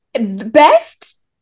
best